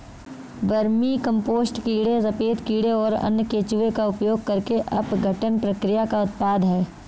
vermicompost कीड़े सफेद कीड़े और अन्य केंचुए का उपयोग करके अपघटन प्रक्रिया का उत्पाद है